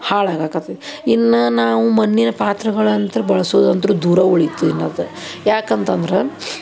ಹಾಳಾಗಾಕತ್ತಿತ್ತು ಇನ್ನೂ ನಾವು ಮಣ್ಣಿನ ಪಾತ್ರೆಗಳಂತೂ ಬಳಸೋದಂತೂ ದೂರ ಉಳೀತು ಇನ್ನದು ಯಾಕಂತ ಅಂದ್ರ